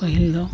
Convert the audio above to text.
ᱯᱟᱹᱦᱤᱞ ᱫᱚ